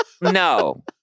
No